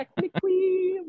technically